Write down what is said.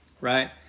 right